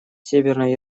северной